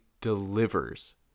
delivers